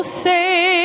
say